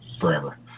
forever